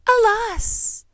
alas